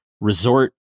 resort